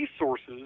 resources